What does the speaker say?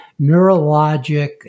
neurologic